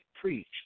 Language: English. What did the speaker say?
preach